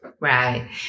Right